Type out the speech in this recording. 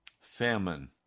famine